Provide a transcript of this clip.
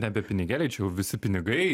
nebe pinigeliai čia jau visi pinigai